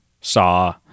Saw